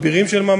אבל בין המדבירים,